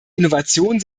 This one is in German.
innovation